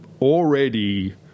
already